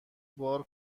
بار